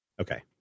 Okay